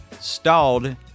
stalled